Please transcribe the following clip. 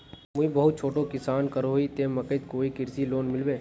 मुई बहुत छोटो किसान करोही ते मकईर कोई कृषि लोन मिलबे?